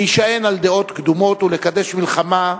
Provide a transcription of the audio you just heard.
להישען על דעות קדומות ולקדש מלחמה,